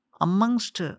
amongst